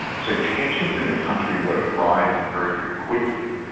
so tensions in the country were rising very, very quickly.